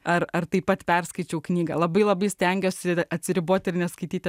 ar ar taip pat perskaičiau knygą labai labai stengiuosi atsiriboti ir neskaityti